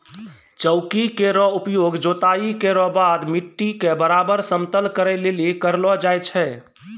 चौकी केरो उपयोग जोताई केरो बाद मिट्टी क बराबर समतल करै लेलि करलो जाय छै